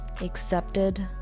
accepted